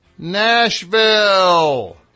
Nashville